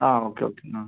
ആ okay okay ആ